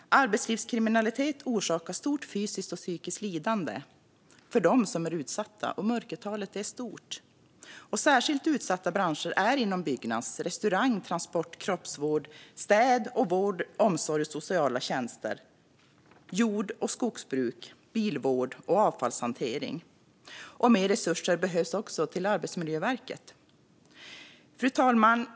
Arbetslivskriminalitet orsakar stort fysiskt och psykiskt lidande för dem som är utsatta, och mörkertalet är stort. Särskilt utsatta branscher är inom Byggnads, restaurang, transport, kroppsvård, städ, vård, omsorg, sociala tjänster, jord och skogsbruk, bilvård och avfallshantering. Mer resurser behövs också till Arbetsmiljöverket. Fru talman!